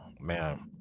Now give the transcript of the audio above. man